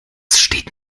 steht